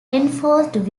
enforced